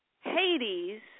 Hades